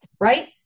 right